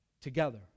together